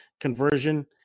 conversion